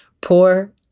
poor